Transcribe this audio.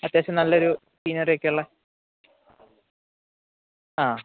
അത്യാവശ്യം നല്ലൊരു സീനറി ഒക്കെയുള്ള ആ